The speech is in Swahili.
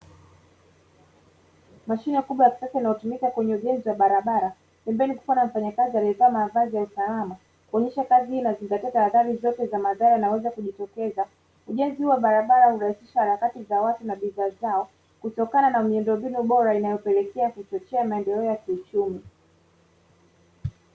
Mashine kubwa ya kisasa inayotumika kwenye ujenzi wa barabara, pembeni kukiwa na mfanyakazi aliyevaa mavazi ya usalama kuonyesha kazi hii inazingatia tahadhari zote za madhara yanayoweza kujitokeza. Ujenzi huu wa barabara hurahisisha harakati za watu na bidhaa zao, kutokana na miundombinu bora inayopelekea kuchochea maendeleo ya kiuchumi.